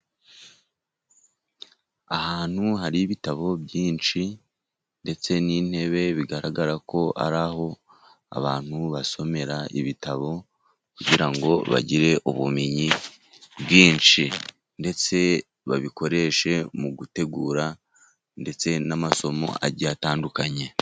Ahantu hari ibitabo byinshi ndetse n'intebe, bigaragara ko ari aho abantu basomera ibitabo, kugira ngo bagire ubumenyi bwinshi. Ndetse babikoreshe mu gutegura, ndetse n'amasomo agiye atandukanye.